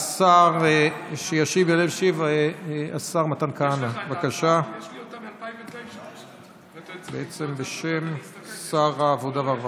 השר שישיב, השר מתן כהנא, בשם שר העבודה והרווחה.